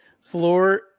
Floor